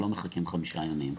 לא מחכים חמישה ימים.